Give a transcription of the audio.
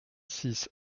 six